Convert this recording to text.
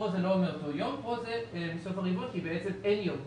כאן זה לא מאותו יום כי בעצם אין יום,